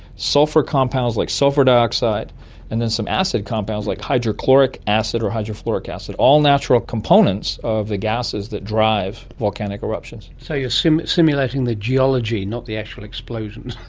sulphur compounds like sulphur dioxide and then some acid compounds like hydrochloric acid or hydrofluoric acid, all natural components of the gases that drive volcanic eruptions. so you're simulating the geology, not the actual explosion!